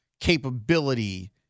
Capability